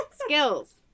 skills